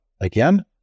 again